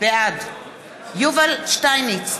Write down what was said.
בעד יובל שטייניץ,